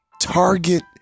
target